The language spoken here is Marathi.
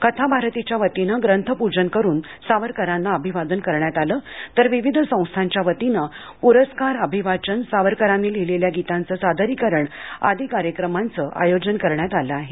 कथाभारतीच्या वतीनं ग्रंथप्रजन करून सावरकरांना अभिवादन करण्यात आलं तर विविध संस्थांच्या वतीनं प्रस्कार अभिवाचन सावरकरानी लिहिलेल्या गीतांचं सादारीकरण आदी कार्यक्रमाचं आयोजन करण्यात आलं आहे